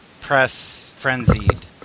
press-frenzied